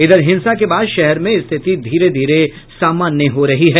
इधर हिंसा के बाद शहर में स्थिति धीरे धीरे सामान्य हो रही है